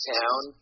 town